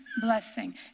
blessing